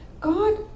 God